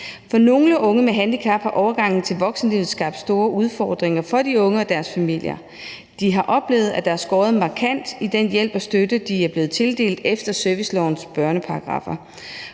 For nogle unge med handicap og deres familier har overgangen til voksenlivet skabt store udfordringer. De har oplevet, at der er skåret markant i den hjælp og støtte, de er blevet tildelt efter servicelovens børneparagraffer.